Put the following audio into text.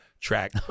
track